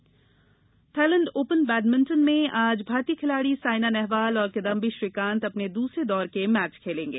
badminton Thailand open badminton में आज भारतीय खिलाड़ी साइना नेहवाल और किदम्बी श्रीकांत अपने दूसरे दौर के मैच खेलेंगे